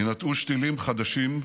יינטעו שתילים חדשים,